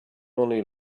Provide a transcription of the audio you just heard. only